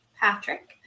Patrick